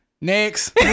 Next